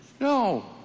No